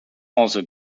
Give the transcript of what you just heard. also